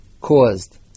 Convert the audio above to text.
caused